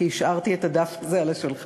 כי השארתי את הדף הזה על השולחן,